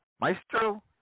Maestro